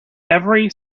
every